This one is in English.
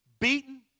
beaten